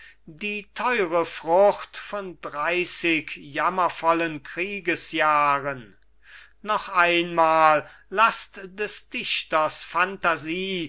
die teure frucht von dreißig jammervollen kriegesjahren noch einmal laßt des dichters phantasie